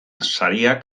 sariak